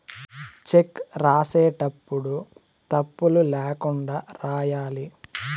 check రాసేటప్పుడు తప్పులు ల్యాకుండా రాయాలి